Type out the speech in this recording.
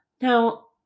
Now